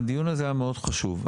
הדיון הזה היה מאוד חשוב.